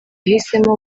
yahisemo